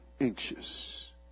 anxious